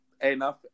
enough